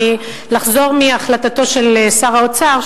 לחזור מהחלטתו של שר האוצר,